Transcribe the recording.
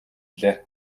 билээ